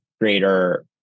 greater